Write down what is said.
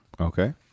Okay